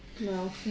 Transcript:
No